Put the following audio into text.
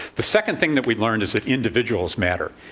the second thing that we learned is that individuals matter,